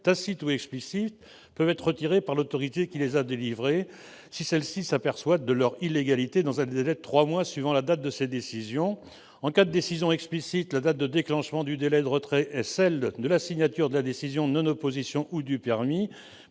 tacites ou explicites, peuvent être retirés par l'autorité qui les a délivrés si celle-ci s'aperçoit de leur illégalité, dans un délai de trois mois suivant la date de ces décisions. En cas de décision explicite, la date de déclenchement du délai de retrait est celle de la signature de la décision de non-opposition ou du permis.